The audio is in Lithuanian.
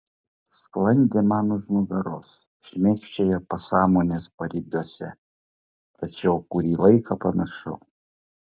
sklandė man už nugaros šmėkščiojo pasąmonės paribiuose tačiau kurį laiką pamiršau